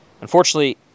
Unfortunately